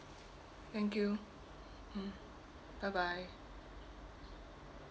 thank you bye bye